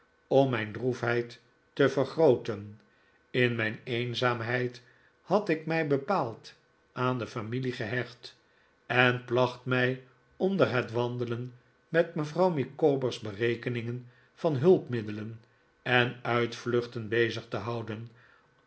om mijn droefheid te vergrooten in mijn eenzaamheid had ik mij bepaald aan de familie gehecht en placht mij onder het wandelen met mevrouw micawber's berekeningen van hulpmiddelen en uitvluchten bezig te houden